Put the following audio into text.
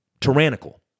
Tyrannical